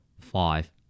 Five